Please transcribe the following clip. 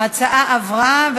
ההצעה עברה,